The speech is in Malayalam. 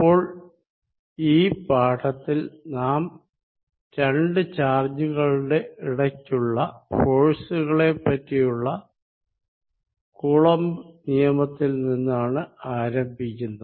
അപ്പോൾ ഈ പാഠത്തിൽ നാം രണ്ടു ചാർജുകളുടെ ഇടയ്ക്കുള്ള ഫോഴ്സുകളെപ്പറ്റിയുള്ള കൂളംബ് നിയമത്തിൽ നിന്നാണ് ആരംഭിക്കുന്നത്